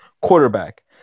quarterback